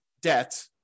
debt